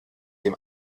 dem